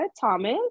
Thomas